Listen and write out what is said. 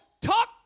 talk